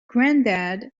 grandad